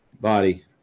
body